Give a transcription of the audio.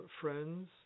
friends